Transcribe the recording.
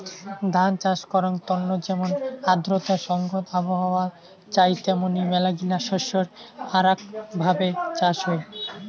ধান চাষ করাঙ তন্ন যেমন আর্দ্রতা সংগত আবহাওয়া চাই তেমনি মেলাগিলা শস্যের আরাক ভাবে চাষ হই